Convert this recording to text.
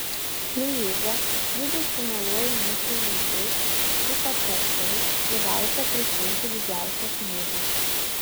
luiza judu su mieluoju mūsų henriu kaip paprastai privalote prisiimti didžiausią smūgį